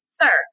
sir